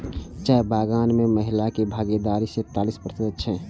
चाय बगान मे महिलाक भागीदारी सैंतालिस प्रतिशत छै